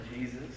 Jesus